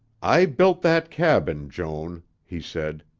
i built that cabin, joan, he said,